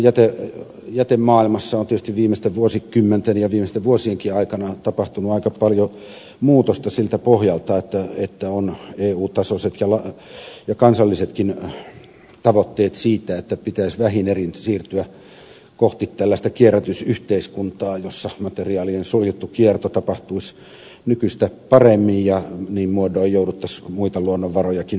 nythän jätemaailmassa on tietysti viimeisten vuosikymmenten ja viimeisten vuosienkin aikana tapahtunut aika paljon muutosta siltä pohjalta että on eu tasoiset ja kansallisetkin tavoitteet siitä että pitäisi vähin erin siirtyä kohti tällaista kierrätysyhteiskuntaa jossa materiaalien suojattu kierto tapahtuisi nykyistä paremmin ja niin muodoin jouduttaisiin muita luonnonvarojakin vähemmän käyttämään